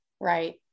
Right